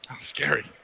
Scary